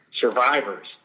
survivors